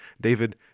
David